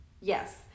Yes